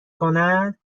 کنن